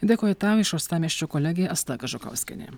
dėkoju tau iš uostamiesčio kolegė asta kažukauskienė